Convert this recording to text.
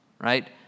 right